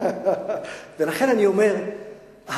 ולכן אני אומר,